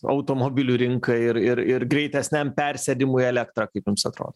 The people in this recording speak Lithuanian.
automobilių rinkai ir ir ir greitesniam persėdimui į elektrą kaip jums atrodo